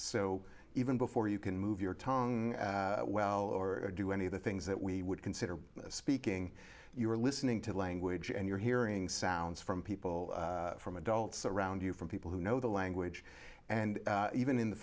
so even before you can move your tongue well or do any of the things that we would consider speaking you were listening to language and you're hearing sounds from people from adults around you from people who know the language and even in the